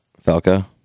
Falco